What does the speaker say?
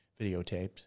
videotaped